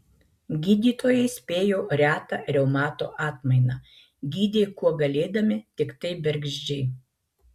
gydytojai spėjo retą reumato atmainą gydė kuo galėdami tiktai bergždžiai